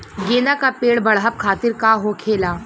गेंदा का पेड़ बढ़अब खातिर का होखेला?